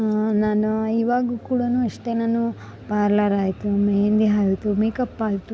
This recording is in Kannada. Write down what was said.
ನಾನು ಈವಾಗು ಕೂಡಾನು ಅಷ್ಟೆ ನಾನು ಪಾರ್ಲರ್ ಆಯಿತು ಮೆಹೆಂದಿ ಆಯಿತು ಮೇಕಪ್ ಆಯಿತು